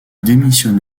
démissionne